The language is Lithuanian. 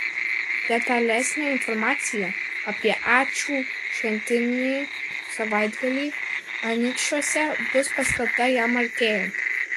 detalesnė informacija apie ačiū šventinį savaitgalį anykščiuose bus paskelbta jam artėjant